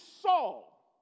Saul